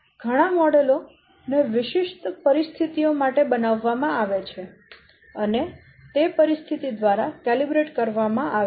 ઘણાં મોડેલો ને વિશિષ્ટ પરિસ્થિતિઓ માટે બનાવવામાં આવે છે અને તે પરિસ્થિતિ દ્વારા કેલિબ્રેટ કરવામાં આવે છે